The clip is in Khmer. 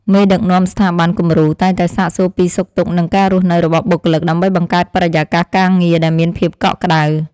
មេដឹកនាំស្ថាប័នគំរូតែងតែសាកសួរពីសុខទុក្ខនិងការរស់នៅរបស់បុគ្គលិក ដើម្បីបង្កើតបរិយាកាសការងារដែលមានភាពកក់ក្តៅ។